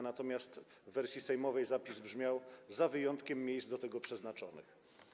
Natomiast w wersji sejmowej zapis brzmiał: „za wyjątkiem miejsc do tego przeznaczonych”